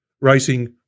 Racing